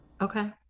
Okay